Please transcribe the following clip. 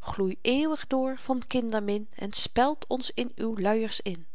gloei eeuwig door van kindermin en speld ons in uw luiers in